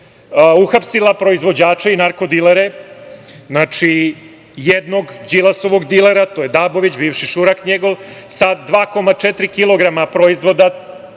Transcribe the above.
uhapsila proizvođače i narko dilere, jednog Đilasovog dilera, to je Dabović, bivši šurak njegov, sa 2,4 kg proizvoda